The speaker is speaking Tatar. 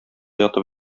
ятып